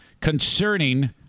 concerning